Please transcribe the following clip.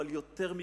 אבל יותר מכך,